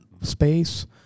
space